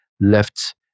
left